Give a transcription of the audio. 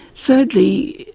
thirdly,